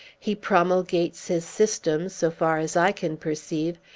he promulgates his system, so far as i can perceive,